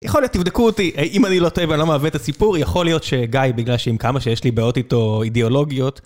יכול להיות, תבדקו אותי, אם אני לא טועה ואני לא מעוות את הסיפור, יכול להיות שגיא, בגלל שעם כמה שיש לי בעיות איתו אידיאולוגיות...